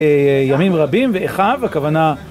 ימים רבים. ואחיו, הכוונה...